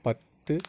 பத்து